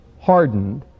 hardened